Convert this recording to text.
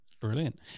Brilliant